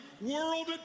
world